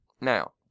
Now